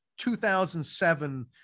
2007